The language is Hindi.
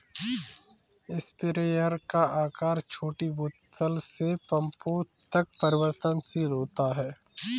स्प्रेयर का आकार छोटी बोतल से पंपों तक परिवर्तनशील होता है